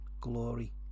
glory